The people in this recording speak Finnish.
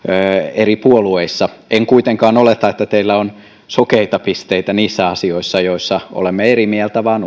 eri puolueissa en kuitenkaan oleta että teillä on sokeita pisteitä niissä asioissa joissa olemme eri mieltä vaan